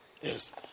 Yes